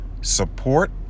support